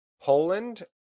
Poland